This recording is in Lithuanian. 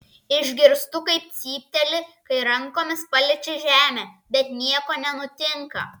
išgirstu kaip cypteli kai rankomis paliečia žemę bet nieko nenutinka